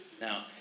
Now